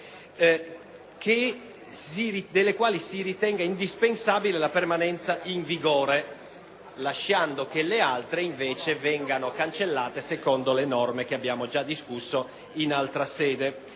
delle quali si ritenga indispensabile la permanenza in vigore, lasciando che le altre invece vengano cancellate secondo le norme che abbiamo già discusso in altra sede.